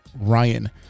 Ryan